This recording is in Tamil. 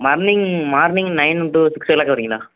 morning morning nine to six o'clock வர்றீங்களா